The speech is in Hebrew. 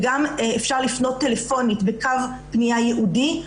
גם אפשר לפנות טלפונית בקו פנייה ייעודי.